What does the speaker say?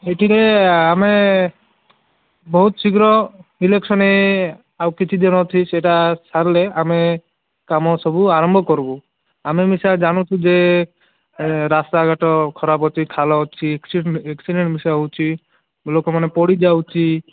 ଏଥିରେ ଆମେ ବହୁତ ଶୀଘ୍ର ଇଲେକ୍ସନ୍ ଏ ଆଉ କିଛିଦିନ ଅଛି ସେଇଟା ସାରିଲେ ଆମେ କାମ ସବୁ ଆରମ୍ଭ କରିବୁ ଆମେ ମିଶା ଜାଣୁଛୁ ଯେ ରାସ୍ତାଘାଟ ଖରାପ ଅଛି ଖାଲ ଅଛି ଆକ୍ସିଡ଼େଣ୍ଟ୍ ବେଶୀ ହେଉଛି ଲୋକମାନେ ପଡ଼ିଯାଉଛି